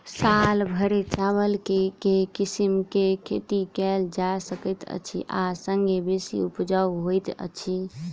साल भैर चावल केँ के किसिम केँ खेती कैल जाय सकैत अछि आ संगे बेसी उपजाउ होइत अछि?